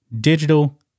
digital